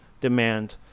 demand